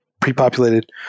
pre-populated